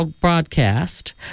broadcast